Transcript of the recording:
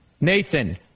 Nathan